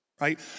right